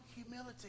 humility